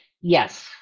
yes